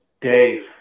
Dave